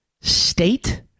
state